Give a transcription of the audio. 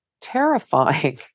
terrifying